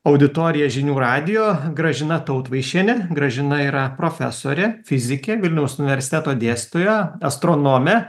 auditorija žinių radijo gražina tautvaišienė gražina yra profesorė fizikė vilniaus universiteto dėstytoja astronomė